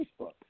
Facebook